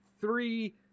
three